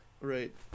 right